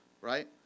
right